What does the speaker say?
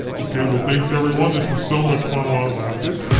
ok, well, thanks, everyone. this was so much fun while it lasted.